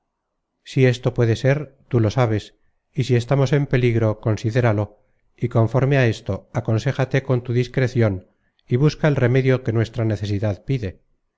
si esto puede ser tú lo sabes y si estamos en peligro considéralo y conforme á esto aconséjate con tu discrecion y busca el remedio que nuestra necesidad pide